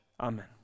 Amen